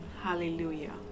Hallelujah